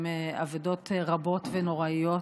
עם אבדות רבות ונוראיות,